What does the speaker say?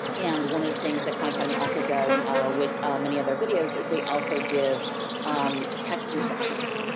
and, one of the things that khan academy also does with many other videos, is they also give um text instructions.